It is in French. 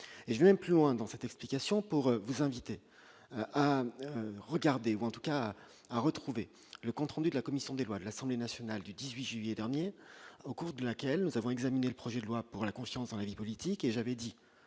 je vais plus loin dans cette explication pour vous inviter à regarder ou en tout cas à retrouvez le compte rendu de la commission des lois de l'Assemblée nationale du 18 juillet dernier au cours de laquelle nous avons examiné le projet de loi pour la confiance dans la vie politique et j'avais dit